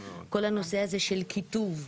כל הנושא הזה של קיטוב.